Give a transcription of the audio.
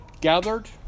gathered